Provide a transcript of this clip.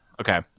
Okay